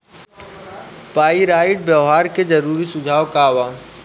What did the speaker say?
Pyrite व्यवहार के जरूरी सुझाव का वा?